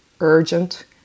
urgent